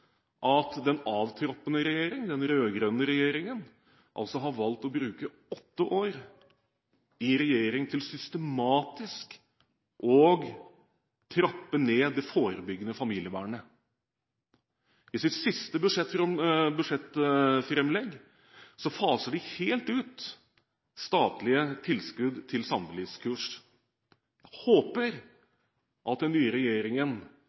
at den avtroppende regjeringen – den rød-grønne regjeringen – har valgt å bruke åtte år i regjering til systematisk å trappe ned det forebyggende familievernet. I sitt siste framlegg til statsbudsjett faser de helt ut statlige tilskudd til samlivskurs. Jeg håper at den nye regjeringen